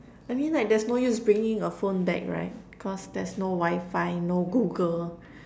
I mean like there's no use bringing a phone back right cause there's no Wifi no Google